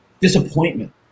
Disappointment